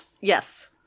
Yes